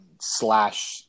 Slash